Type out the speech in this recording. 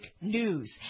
news